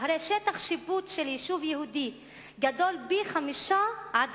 הרי שטח שיפוט של יישוב יהודי גדול פי-חמישה עד